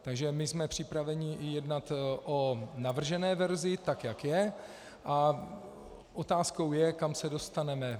Takže my jsme připraveni jednat i o navržené verzi, tak jak je, a otázkou je, kam se dostaneme.